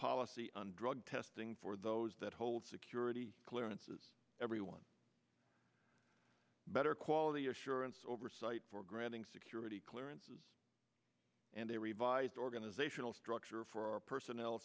policy on drug testing for those that hold security clearances everyone better quality assurance oversight for granting security clearances and a revised organizational structure for our personnel